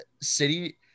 city